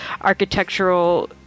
architectural